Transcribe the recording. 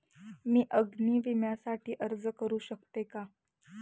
मी अग्नी विम्यासाठी अर्ज करू शकते का?